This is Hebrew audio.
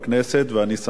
ואני שמח על כך,